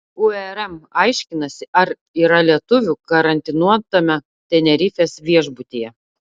urm aiškinasi ar yra lietuvių karantinuotame tenerifės viešbutyje